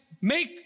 make